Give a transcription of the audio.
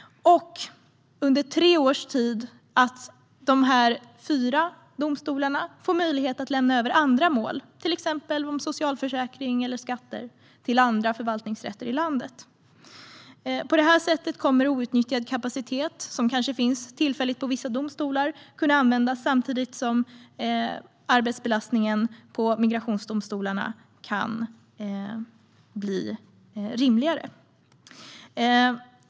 Under tre års tid ska de fyra domstolarna ha möjlighet att lämna över mål, till exempel socialförsäkringsmål eller skattemål, till andra förvaltningsrätter i landet. På detta sätt kommer outnyttjad kapacitet, som kanske tillfälligt finns i vissa domstolar, att kunna användas samtidigt som arbetsbelastningen i migrationsdomstolarna blir rimligare.